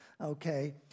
okay